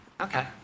Okay